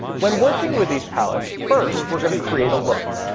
when working with these palettes, first we're going to create a look.